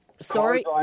Sorry